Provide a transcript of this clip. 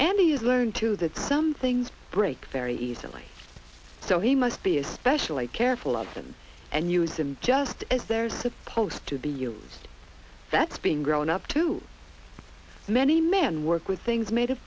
and the you learn too that some things break very easily so he must be especially careful of them and use him just as they're supposed to be used that's being grown up too many men work with things made of